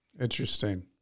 Interesting